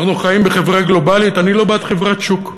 אנחנו חיים בחברה גלובלית, ואני לא בעד חברת שוק.